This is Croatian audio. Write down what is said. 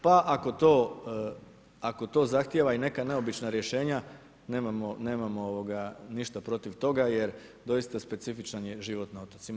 Pa ako to zahtjeva i neka neobična rješenja, nemamo ništa protiv toga jer doista specifičan je život na otocima.